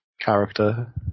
character